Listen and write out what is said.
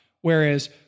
whereas